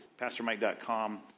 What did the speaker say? pastormike.com